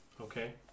Okay